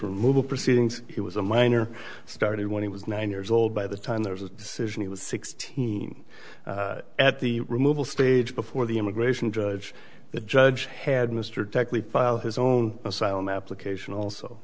removal proceedings he was a minor started when he was nine years old by the time there was a decision he was sixteen at the removal stage before the immigration judge the judge had mr directly filed his own asylum application also